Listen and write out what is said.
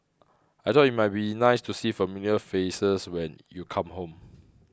I thought it might be nice to see familiar faces when you come home